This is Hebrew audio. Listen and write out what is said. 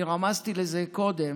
אני רמזתי לזה קודם